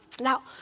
Now